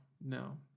no